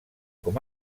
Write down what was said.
com